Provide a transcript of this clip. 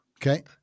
okay